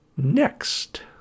Next